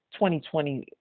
2020